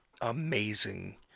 amazing